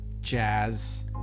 jazz